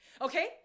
okay